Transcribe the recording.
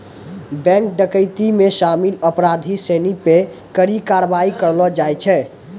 bank डकैती मे शामिल अपराधी सिनी पे कड़ी कारवाही करलो जाय छै